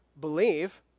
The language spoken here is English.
believe